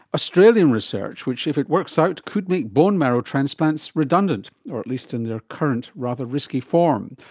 australian research which if it works out could make bone marrow transplants redundant, or at least in their current rather risky form.